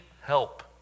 help